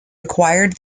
acquired